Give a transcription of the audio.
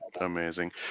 amazing